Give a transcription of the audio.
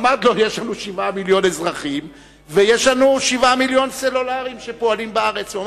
אמרתי: יש לנו 7 מיליון אזרחים ויש לנו 7 מיליון סלולריים שפועלים בארץ.